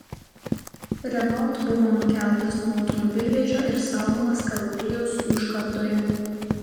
renault buvo nukeltas nuo automobilvežio ir saugomas kalvarijos užkardoje